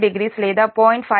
230 లేదా 0